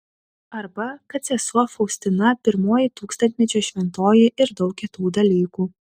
arba kad sesuo faustina pirmoji tūkstantmečio šventoji ir daug kitų dalykų